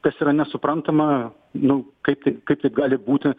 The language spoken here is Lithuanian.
kas yra nesuprantama nu kaip tai kaip taip gali būti